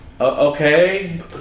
okay